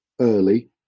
early